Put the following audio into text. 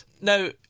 Now